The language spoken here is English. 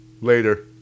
Later